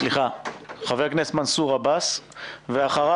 חבר הכסת מנסור עבאס ואחריו,